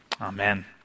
Amen